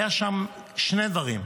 היו שם שני דברים: